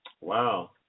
wow